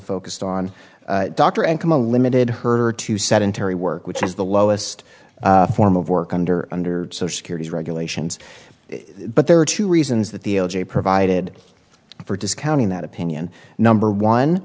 focused on doctor and came a limited her to sedentary work which is the lowest form of work under under social security regulations but there are two reasons that the o j provided for discounting that opinion number one